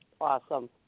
Awesome